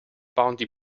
bounty